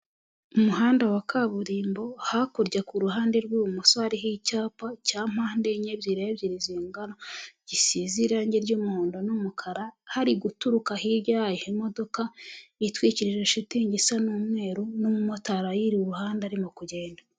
Umuhanda wa kaburimbo, hakurya ku ruhande rw'ibumoso hariho icyapa cya mpande enye, ebyiri ebyiri zingana, gisize irangi ry'umuhondo n'umukara, hari guturuka hirya yaho imodoka itwikirije shitingi isa n'umweru n'umumotari ayiri iruhande arimo kugenda.